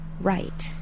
right